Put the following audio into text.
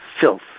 filth